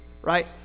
Right